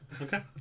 Okay